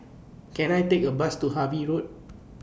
Can I Take A Bus to Harvey Road